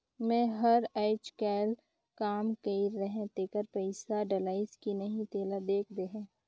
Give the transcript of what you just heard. मै हर अईचकायल काम कइर रहें तेकर पइसा डलाईस कि नहीं तेला देख देहे?